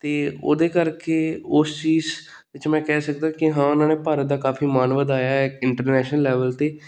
ਅਤੇ ਉਹਦੇ ਕਰਕੇ ਉਸ ਚੀਜ਼ ਵਿੱਚ ਮੈਂ ਕਹਿ ਸਕਦਾ ਕਿ ਹਾਂ ਉਹਨਾਂ ਨੇ ਭਾਰਤ ਦਾ ਕਾਫੀ ਮਾਨ ਵਧਾਇਆ ਇੰਟਰਨੈਸ਼ਨਲ ਲੈਵਲ 'ਤੇ